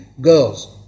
Girls